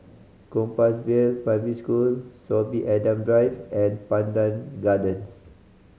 Compassvale Primary School Sorby Adam Drive and Pandan Gardens